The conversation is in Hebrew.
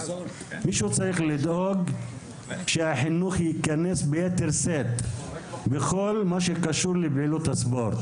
מישהו צריך לדאוג שהחינוך ייכנס ביתר שאת בכל מה שקשור לפעילות הספורט.